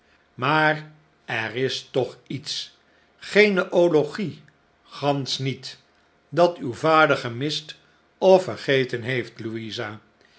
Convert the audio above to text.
maar er is toch iets geen ologie gansch niet dat uw vader gemist of vergeten heeft louisa